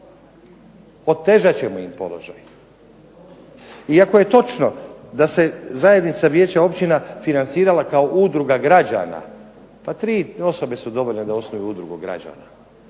Otežat ćemo im položaj. I ako je točno da se Zajednica vijeća općina financirala kao udruga građana, pa tri osobe su dovoljne da osnuju udrugu građana.